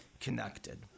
connected